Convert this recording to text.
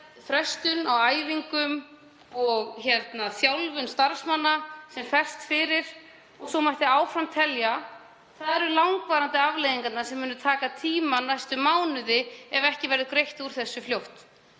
frestun á æfingum, og þjálfun starfsmanna ferst fyrir og svo mætti áfram telja. Þar eru langtímaafleiðingarnar sem taka munu tíma næstu mánuði ef ekki verður greitt úr þessu fljótt.